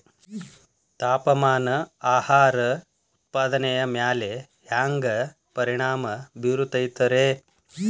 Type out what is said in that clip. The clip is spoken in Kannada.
ತಾಪಮಾನ ಆಹಾರ ಉತ್ಪಾದನೆಯ ಮ್ಯಾಲೆ ಹ್ಯಾಂಗ ಪರಿಣಾಮ ಬೇರುತೈತ ರೇ?